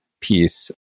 piece